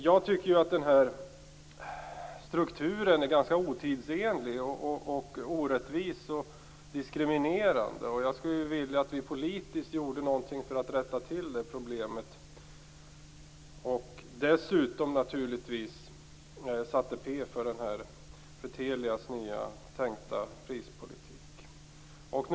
Jag tycker att den här strukturen är ganska otidsenlig, orättvis och diskriminerande. Jag skulle vilja att vi politiskt gjorde någonting för att rätta till problemet och dessutom sätta p för Telias tänkta prispolitik.